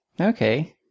Okay